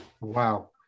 Wow